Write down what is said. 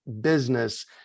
business